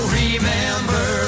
remember